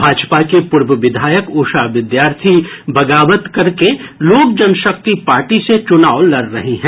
भाजपा की पूर्व विधायक उषा विद्यार्थी ने बगावत करके लोक जनशक्ति पार्टी से चुनाव लड़ रही हैं